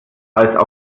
als